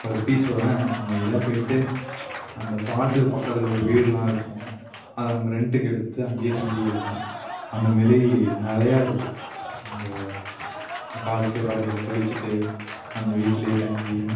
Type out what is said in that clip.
ஒரு பீஸ்ஃபுல்லான இடம் அமைதியாக போய்ட்டு அந்த ஃபால்ஸுக்கு பக்கத்தில் ஒரு வீடுலாம் இருக்கும் அதை நம்ம ரெண்ட்டுக்கு எடுத்து அங்கேயே தங்கிக்கலாம் அந்தமாரி நிறையா இருக்குது அங்கே ஃபால்ஸ்லயே பக்கத்தில் குளிச்சிவிட்டு அந்த வீட்டிலயே தங்கி